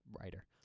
writer